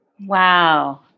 Wow